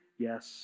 Yes